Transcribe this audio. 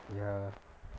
ya